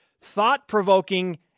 thought-provoking